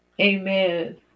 amen